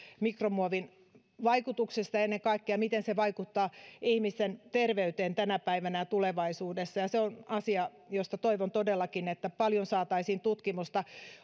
mikromuovin vaikutuksesta ennen kaikkea siitä miten se vaikuttaa ihmisten terveyteen tänä päivänä ja tulevaisuudessa se on asia josta toivon todellakin että saataisiin paljon tutkimusta